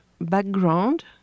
background